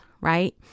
right